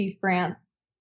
France